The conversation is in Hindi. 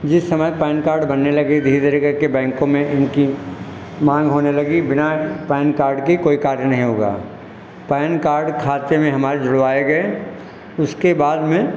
जिस समय पैन कार्ड बनने लगे धीरे धीरे करके बैंखों में इनकी माँग होने लगी बिना ए पैन कार्ड के कोई कार्य नहीं होगा पैन कार्ड खाते में हमारे जुड़वाए गए उसके बाद में